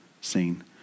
seen